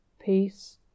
peace